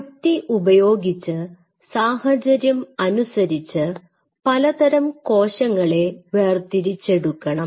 യുക്തി ഉപയോഗിച്ച് സാഹചര്യം അനുസരിച്ച് പലതരം കോശങ്ങളെ വേർതിരിച്ചെടുക്കണം